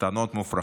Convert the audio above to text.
טענות מופרכות.